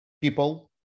people